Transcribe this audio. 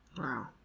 Wow